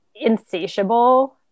insatiable